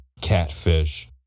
catfish